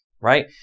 right